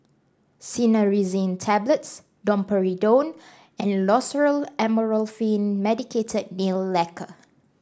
Cinnarizine Tablets Domperidone and Loceryl Amorolfine Medicated Nail Lacquer